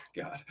God